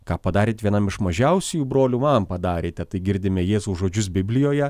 ką padarėt vienam iš mažiausiųjų brolių man padarėte tai girdime jėzaus žodžius biblijoje